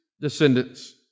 descendants